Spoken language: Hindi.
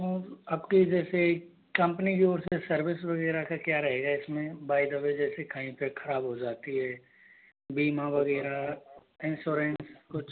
और आप के जैसे कम्पनी की और से सर्विस वग़ैरह का क्या रहेगा इस में बाई द वे जैसे कहीं पे ख़राब हो जाती है बीमा वग़ैरह इन्श्योरेन्स कुछ